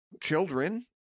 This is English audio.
children